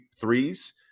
threes